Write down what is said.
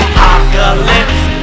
Apocalypse